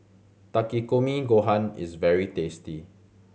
Takikomi Gohan is very tasty